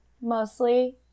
mostly